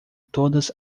todas